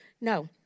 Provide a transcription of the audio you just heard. No